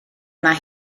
mae